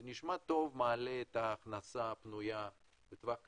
זה נשמע טוב, מעלה את ההכנסה הפנויה לטווח הקצר,